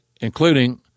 including